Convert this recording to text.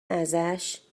ازش